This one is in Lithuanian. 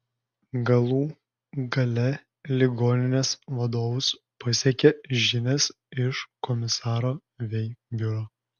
galų gale ligoninės vadovus pasiekė žinios iš komisaro vei biuro